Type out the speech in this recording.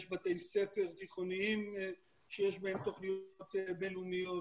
יש בתי ספר תיכוניים שיש בהם תוכניות בין לאומיות,